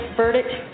verdict